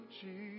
Jesus